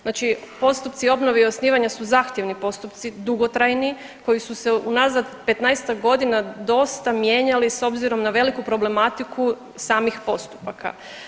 Znači postupci obnove i osnivanja su zahtjevni postupci, dugotrajni koji su se unazad 15-ak godina dosta mijenjali s obzirom na veliku problematiku samih postupaka.